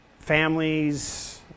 Families